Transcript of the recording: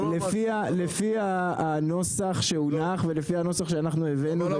לפי הנוסח שהונח ולפי הנוסח שאנחנו הבאנו,